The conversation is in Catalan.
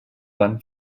van